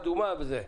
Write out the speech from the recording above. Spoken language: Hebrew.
אדומה וכן הלאה,